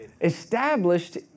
Established